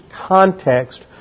context